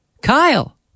Kyle